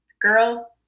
girl